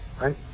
Right